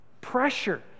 pressure